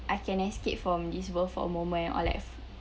I can escape from this world for a moment or like